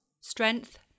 Strength